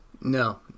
No